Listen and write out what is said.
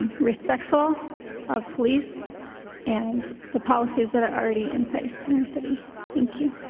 respectful of police and the policies that are already in place in our city. thank you.